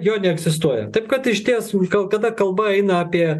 jo neegzistuoja taip kad išties kada kalba eina apie